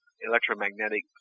electromagnetic